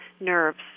nerves